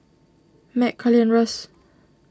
Mack Karli and Russ